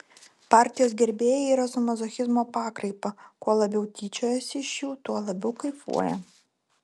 partijos gerbėjai yra su mazochizmo pakraipa kuo labiau tyčiojasi iš jų tuo labiau kaifuoja